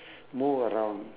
move around